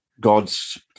God's